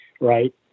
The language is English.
Right